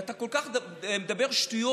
ואתה כל כך מדבר שטויות,